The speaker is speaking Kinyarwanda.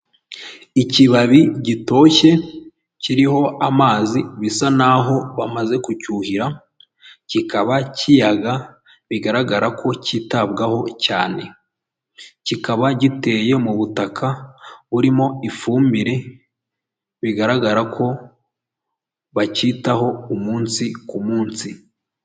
Ikibabi gitoshye kiriho amazi bisa nk'aho bamaze kucyuhira, kikaba kiyaga bigaragara ko cyitabwaho cyane, kikaba giteye mu butaka burimo ifumbire, bigaragara ko bacyitaho umunsi ku munsi.